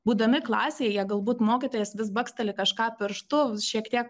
būdami klasėje galbūt mokytojas vis baksteli kažką pirštu šiek tiek